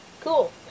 Cool